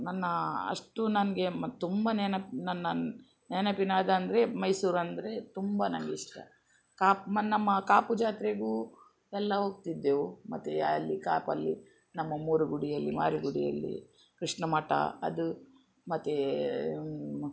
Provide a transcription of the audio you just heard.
ನನ್ನ ಅಷ್ಟು ನನಗೆ ಮತ್ತು ತುಂಬ ನೆನಪು ನನ್ನನ್ನು ನೆನಪಿನದಂದರೆ ಮೈಸೂರಂದರೆ ತುಂಬ ನನಗಿಷ್ಟ ಕಾಪು ನಮ್ಮ ಕಾಪು ಜಾತ್ರೆಗೂ ಎಲ್ಲ ಹೋಗ್ತಿದ್ದೆವು ಮತ್ತು ಅಲ್ಲಿ ಕಾಪಲ್ಲಿ ನಮ್ಮ ಮೂರುಗುಡಿಯಲ್ಲಿ ಮಾರಿಗುಡಿಯಲ್ಲಿ ಕೃಷ್ಣ ಮಠ ಅದು ಮತ್ತು